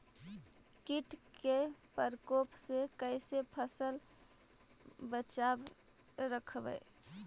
कीट के परकोप से कैसे फसल बचाब रखबय?